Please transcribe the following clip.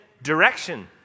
Direction